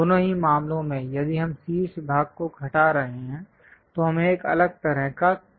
दोनों ही मामलों में यदि हम शीर्ष भाग को हटा रहे हैं तो हमें एक अलग तरह का कर्व मिलेगा